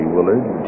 Willard